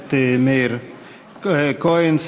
הכנסת מאיר כהן,